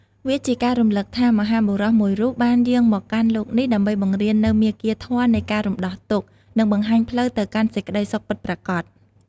វាជាការរំលឹកថា មហាបុរសមួយរូបបានយាងមកកាន់លោកនេះ ដើម្បីបង្រៀននូវមាគ៌ាធម៌នៃការរំដោះទុក្ខ និងបង្ហាញផ្លូវទៅកាន់សេចក្ដីសុខពិតប្រាកដ។